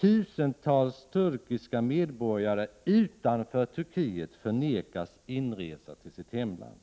Tusentals turkiska medborgare utanför Turkiet förnekas inresa till sitt hemland.